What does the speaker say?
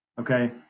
okay